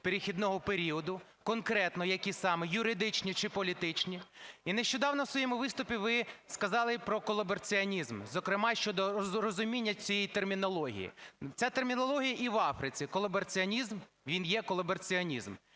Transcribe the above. перехідного періоду? Конкретно, які саме: юридичні чи політичні? І нещодавно у своєму виступі ви сказали про колабораціонізм, зокрема, щодо розуміння цієї термінології. Ця термінологія: і в Африці колабораціонізм, він є колабораціонізм.